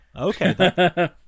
okay